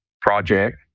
project